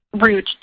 route